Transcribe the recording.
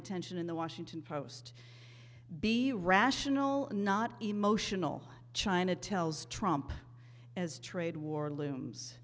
attention in the washington post be rational not emotional china tells trump as trade war looms